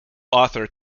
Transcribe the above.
author